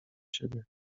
siebie